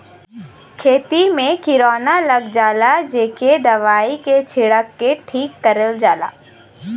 खेती में किरौना लग जाला जेके दवाई के छिरक के ठीक करल जाला